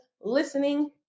listening